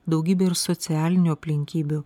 daugybė ir socialinių aplinkybių